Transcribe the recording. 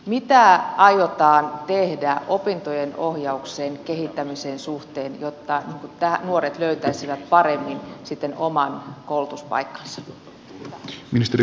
mitä aiotaan tehdä opintojen ohjauksen kehittämisen suhteen jotta nuoret löytäisivät paremmin sitten oman koulutuspaikkansa